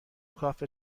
کافه